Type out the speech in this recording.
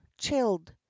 chilled